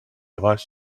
was